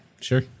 sure